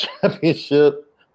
championship